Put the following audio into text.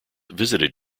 visited